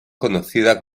conocida